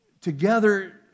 together